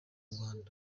rwanda